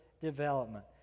development